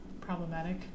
Problematic